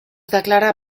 declarà